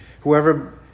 Whoever